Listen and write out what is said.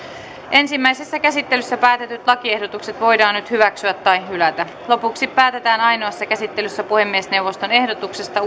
ensimmäisessä käsittelyssä päätetyt lakiehdotukset voidaan nyt hyväksyä tai hylätä lopuksi päätetään ainoassa käsittelyssä puhemiesneuvoston ehdotuksesta